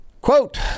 Quote